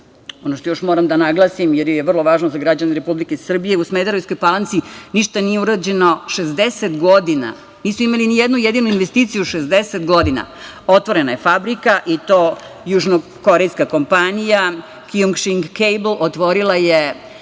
što još moram da naglasim, jer je vrlo važno za građane Republike Srbije, u Smederevskoj Palanci ništa nije urađeno 60 godina, nisu imali ni jednu jedinu investiciju 60 godina. Otvorena je fabrika i to južnokorejska kompanija „Kijung šig kejbl“, otvorila je